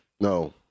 No